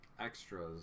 extras